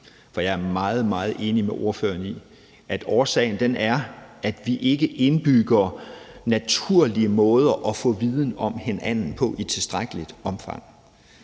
Jeg er meget, meget enig med ordføreren i, at årsagen er, at vi ikke indbygger naturlige måder at få viden om hinanden på i tilstrækkeligt omfang.